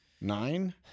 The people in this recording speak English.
Nine